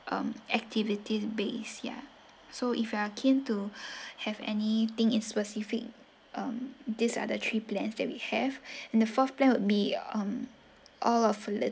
um activities base ya so if you are keen to have any thing in specific um these are the three plans that we have and the fourth plan would be um all of it